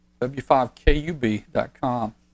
w5kub.com